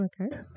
Okay